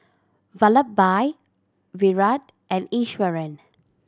Vallabhbhai Virat and Iswaran